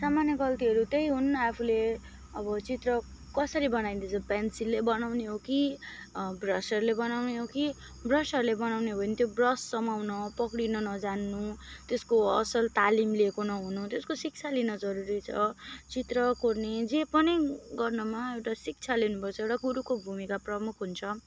सामान्य गल्तीहरू त्यही हुन् आफूले अब चित्र कसरी बनाइँदैछ पेन्सिलले बनाउने हो कि ब्रसहरूले बनाउने हो कि ब्रसहरूले बनाउने हो भने त्यो ब्रस समाउन पक्रिन नजान्नु त्यसको असल तालिम लिएको नहुनु त्यसको शिक्षा लिन जरुरी छ चित्र कोर्ने जे पनि गर्नमा एउटा शिक्षा लिनुपर्छ र गुरुको भूमिका प्रमुख हुन्छ